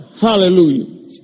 Hallelujah